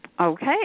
Okay